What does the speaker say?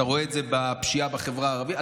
אתה רואה את זה בפשיעה בחברה הערבית,